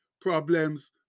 problems